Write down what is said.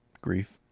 Grief